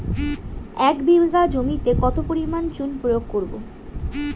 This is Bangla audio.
এক বিঘা জমিতে কত পরিমাণ চুন প্রয়োগ করব?